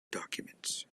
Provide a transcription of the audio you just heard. documents